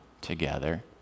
together